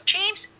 James